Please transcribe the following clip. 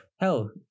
hell